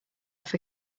off